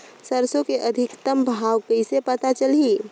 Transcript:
सरसो के अधिकतम भाव कइसे पता चलही?